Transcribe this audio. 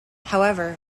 however